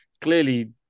clearly